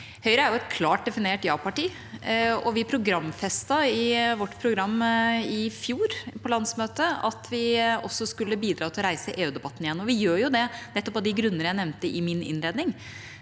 Høyre er et klart definert ja-parti, og vi programfestet på landsmøtet i fjor at vi skulle bidra til å reise EU-debatten igjen. Vi gjør det nettopp av de grunner jeg nevnte i min innledning.